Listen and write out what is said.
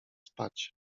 spać